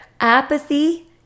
apathy